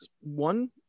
one